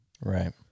Right